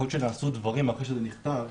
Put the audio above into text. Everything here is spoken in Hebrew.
יכול להיות שנעשו דברים אחרי שזה נכתב,